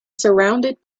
surrounded